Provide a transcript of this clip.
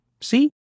See